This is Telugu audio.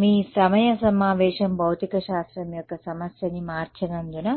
మీ సమయ సమావేశం భౌతిక శాస్త్రం యొక్క సమస్యని మార్చనందున